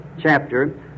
chapter